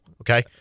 okay